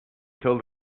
till